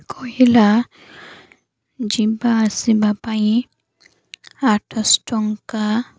କହିଲା ଯିବା ଆସିବା ପାଇଁ ଆଠଶହ ଟଙ୍କା